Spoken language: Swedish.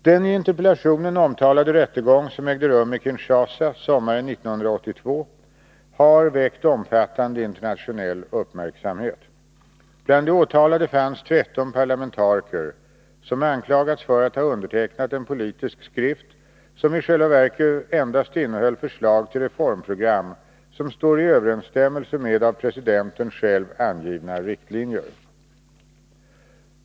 Den i interpellationen omtalade rättegången som ägde rum i Kinshasa sommaren 1982, har väckt omfattande internationell uppmärksamhet. Bland de åtalade fanns 13 parlamentariker vilka anklagats för att ha undertecknat en politisk skrift som i själva verket endast innehöll förslag till reformprogram som står i överensstämmelse med av presidenten själv angivna riktlinjer.